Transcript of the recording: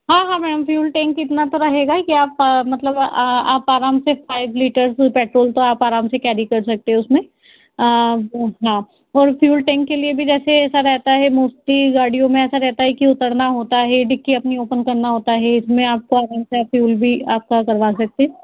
हाँ हाँ ma'am fuel tank इतना तो रहेगा ही कि आप मतलब आराम से फाइव लीटर पेट्रोल तो पेट्रोल तो आप आराम से कैरी कर सकते हो उसमें हाँ और फ्यूल टेंक के लिए भी जैसे ऐसा रहता है मोस्टली गाड़ियों में ऐसा रहता है कि उतरना होता है डिक्की अपनी ऑपन करना होता है इसमें आपको इसका फ्यूल भी आपका करवा सकते हैं